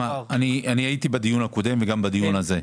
אני הייתי בדיון הקודם וגם בדיון הזה.